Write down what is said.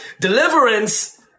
Deliverance